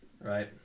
right